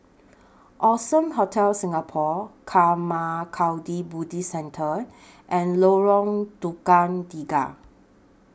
Allson Hotel Singapore Karma Kagyud Buddhist Centre and Lorong Tukang Tiga